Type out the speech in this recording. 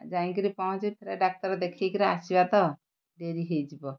ଯାଇଁକିରି ପହଁଞ୍ଚିବି ଫେରେ ଡ଼ାକ୍ତର ଦେଖେଇକିରି ଆସିବା ତ ଡେରି ହେଇଯିବ